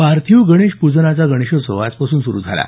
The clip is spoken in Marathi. पार्थिव गणेश पूजनाचा गणेशोत्सव आजपासून सुरु झाला